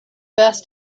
best